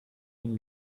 been